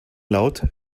laut